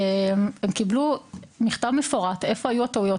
הם קיבלו מכתב מפורט איפה היו הטעויות.